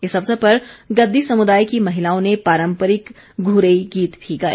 इस अवसर पर गद्दी समुदाय की महिलाओं ने पारम्परिक घुरेई गीत भी गाए